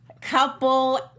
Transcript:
Couple